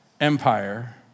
empire